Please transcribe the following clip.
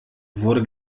wurde